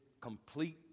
complete